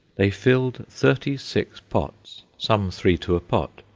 they filled thirty-six pots, some three to a pot,